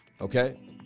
okay